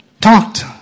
talked